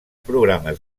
programes